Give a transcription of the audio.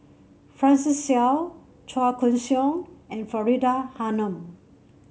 Francis Seow Chua Koon Siong and Faridah Hanum